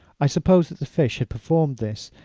i supposed that the fish had performed this,